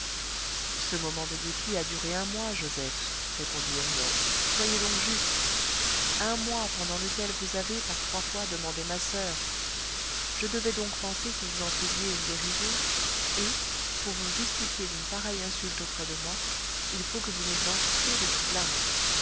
ce moment de dépit a duré un mois joseph répondit huriel soyez donc juste un mois pendant lequel vous avez par trois fois demandé ma soeur je devais donc penser que vous en faisiez une dérision et pour vous justifier d'une pareille insulte auprès de moi il faut que vous me blanchissiez de tout blâme